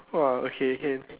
!wow! okay can